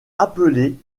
appelés